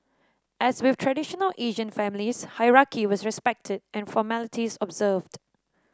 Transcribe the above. as with traditional Asian families hierarchy was respected and formalities observed